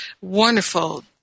wonderful